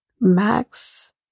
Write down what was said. Max